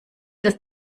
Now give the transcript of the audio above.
das